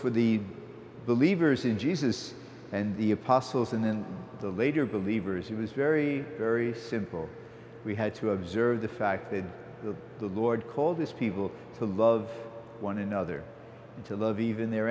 for the believers in jesus and the apostles and in the later believers he was very very simple we had to observe the fact that the lord called these people to love one another and to love even their